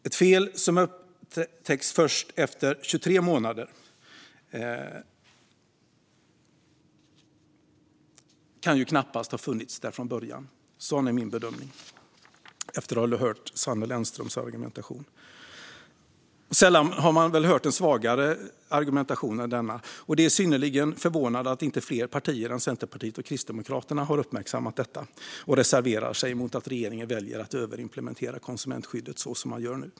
Ett fel som upptäcks först efter 23 månader kan knappast ha funnits där från början. Det är min bedömning efter att hört Sanne Lennströms argumentation. Sällan har man väl hört en svagare argumentation än denna, och det är synnerligen förvånande att inte fler partier än Centerpartiet och Kristdemokraterna har uppmärksammat detta och reserverat sig mot att regeringen väljer att överimplementera konsumentskyddet som man nu gör.